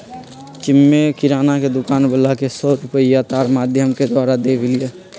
हम्मे किराना के दुकान वाला के सौ रुपईया तार माधियम के द्वारा देलीयी